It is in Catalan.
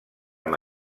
amb